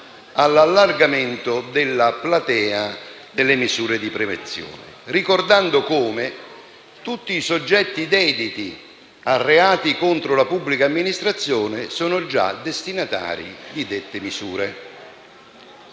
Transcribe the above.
all'allargamento della platea delle misure di prevenzione, ricordando come tutti i soggetti dediti a reati contro la pubblica amministrazione siano già destinatari di dette misure.